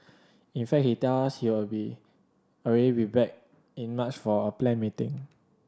in fact he tell us he'll be already be back in March for a planned meeting